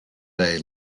day